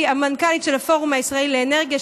המנכ"לית של הפורום הישראלי לאנרגיה,